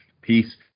Peace